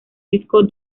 disco